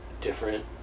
different